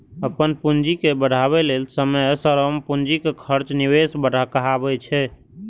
अपन पूंजी के बढ़ाबै लेल समय, श्रम, पूंजीक खर्च निवेश कहाबै छै